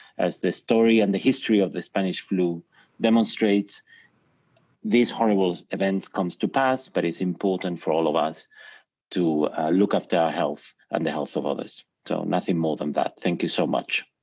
as the story and the history of the spanish flu demonstrates these horrible events comes to pass but it's important for all of us to look after our health and the health of others, so nothing more than that, thank you so much.